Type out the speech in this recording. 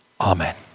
Amen